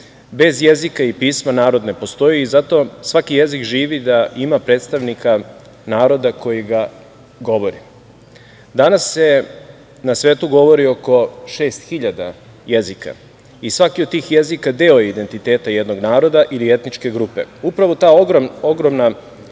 Bez jezika i pisma narod ne postoji i zato svaki jezik živi da ima predstavnika naroda koji ga govori. Danas se na svetu govori oko šest hiljada jezika i svaki od tih jezika deo je identiteta jednog naroda ili etničke grupe. Upravo ta ogromna